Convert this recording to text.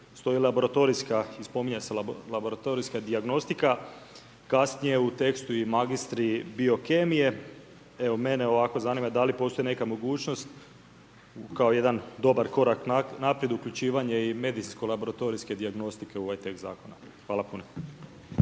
stoji laboratorijska i spominje se laboratorijska dijagnostika, kasnije u tekstu i magistri biokemije. Mene evo ovako zanima, da li postoji neka mogućnost kao jedan dobar korak naprijed uključivanje i medicinsko-laboratorijske dijagnostike u ovaj tekst zakona. Hvala puno.